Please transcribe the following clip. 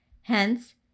Hence